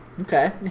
Okay